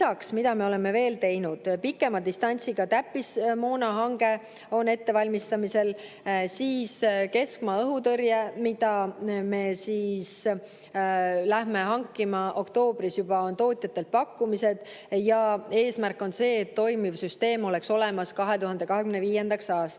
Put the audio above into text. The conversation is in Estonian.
poolt. Lisaks, mida me oleme veel teinud. Pikema distantsiga täppismoona hange on ettevalmistamisel. Siis on keskmaa õhutõrje, mida me läheme hankima – oktoobrist juba on tootjatelt pakkumised ja eesmärk on see, et toimiv süsteem oleks olemas 2025. aastaks.